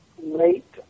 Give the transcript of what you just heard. Late